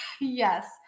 Yes